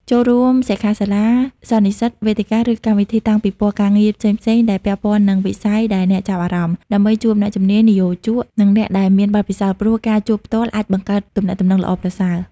ចូលរួមសិក្ខាសាលា សន្និសីទ វេទិកា ឬកម្មវិធីតាំងពិពណ៌ការងារផ្សេងៗដែលពាក់ព័ន្ធនឹងវិស័យដែលអ្នកចាប់អារម្មណ៍ ដើម្បីជួបអ្នកជំនាញ និយោជក និងអ្នកដែលមានបទពិសោធន៍ ព្រោះការជួបផ្ទាល់អាចបង្កើតទំនាក់ទំនងល្អប្រសើរ។